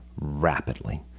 rapidly